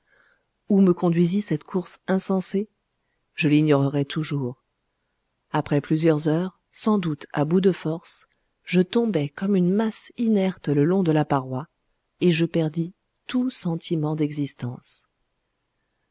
où me conduisit cette course insensée je l'ignorerai toujours après plusieurs heures sans doute à bout de forces je tombai comme une masse inerte le long de la paroi et je perdis tout sentiment d'existence